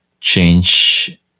change